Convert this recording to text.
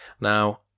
Now